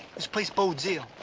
this place bodes ill.